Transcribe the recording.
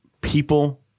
people